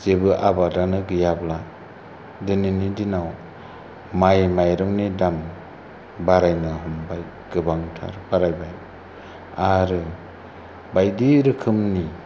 जेबो आबादानो गैयाब्ला दिनैनि दिनाव माइ माइरंनि दाम बारायनो हमबाय गोबांथार बारायबाय आरो बायदि रोखोमनि